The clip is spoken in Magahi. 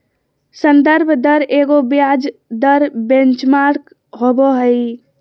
संदर्भ दर एगो ब्याज दर बेंचमार्क होबो हइ